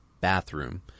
bathroom